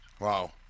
Wow